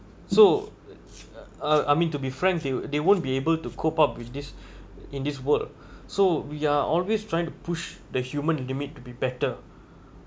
so uh I I mean to be frank they they won't be able to cope up with this in this world so we are always trying to push the human limit to be better